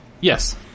Yes